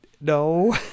No